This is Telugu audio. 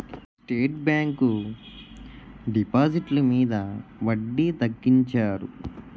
స్టేట్ బ్యాంకు డిపాజిట్లు మీద వడ్డీ తగ్గించారు